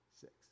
Six